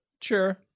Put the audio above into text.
Sure